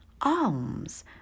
alms